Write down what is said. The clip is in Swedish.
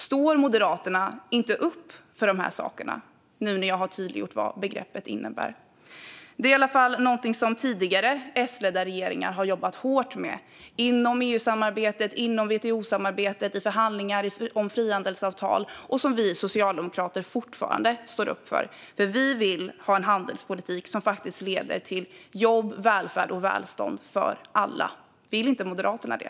Står Moderaterna inte upp för de här sakerna, nu när jag har tydliggjort vad begreppet innebär? Det är i alla fall någonting som tidigare S-ledda regeringar har jobbat hårt med inom EU-samarbetet, inom WTO-samarbetet och i förhandlingar om frihandelsavtal och som vi socialdemokrater fortfarande står upp för. Vi vill ha en handelspolitik som faktiskt leder till jobb, välfärd och välstånd för alla. Vill inte Moderaterna det?